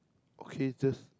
okay just